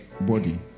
body